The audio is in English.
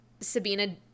Sabina